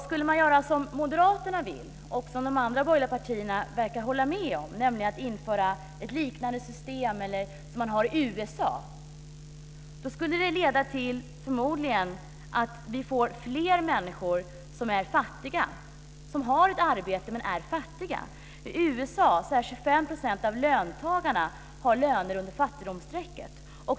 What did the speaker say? Skulle vi göra som moderaterna vill - och som de andra borgerliga partierna verkar hålla med om - och införa ett liknande system som man har i USA skulle det förmodligen leda till att vi fick fler människor som har ett arbete men som är fattiga. I USA har 25 % av löntagarna löner under fattigdomsstrecket.